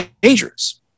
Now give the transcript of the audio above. dangerous